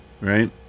right